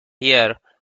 year